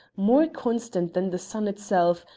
more constant than the sun itself,